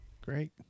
Great